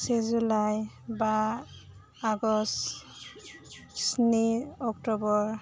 से जुलाइ बा आगष्ट स्नि अक्टबर